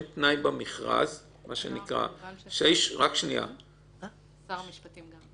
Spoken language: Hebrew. זה צריך להיות שר המשפטים.